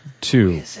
two